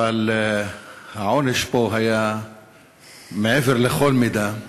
אבל העונש פה היה מעבר לכל מידה.